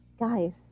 guys